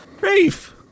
Rafe